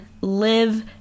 live